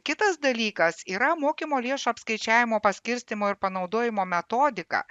kitas dalykas yra mokymo lėšų apskaičiavimo paskirstymo ir panaudojimo metodika